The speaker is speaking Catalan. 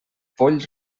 poll